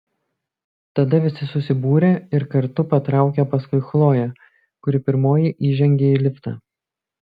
tada visi susibūrė ir kartu patraukė paskui chloję kuri pirmoji įžengė į liftą